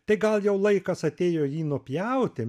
tai gal jau laikas atėjo jį nupjauti